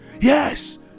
Yes